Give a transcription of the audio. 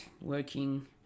Working